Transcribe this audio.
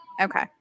Okay